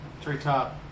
treetop